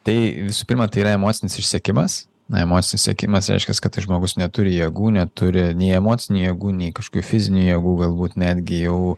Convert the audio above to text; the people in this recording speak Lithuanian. tai visų pirma tai yra emocinis išsekimas na emocinis išsekimas reiškia kad žmogus neturi jėgų neturi nei emocinių jėgų nei kažkokių fizinių jėgų galbūt netgi jau